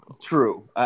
true